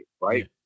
right